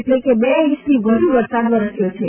એટલે કે બે ઇંચથી વ્ધ્ વરસાદ વરસ્યો છે